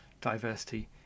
diversity